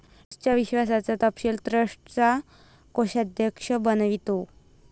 ट्रस्टच्या विश्वासाचा तपशील ट्रस्टचा कोषाध्यक्ष बनवितो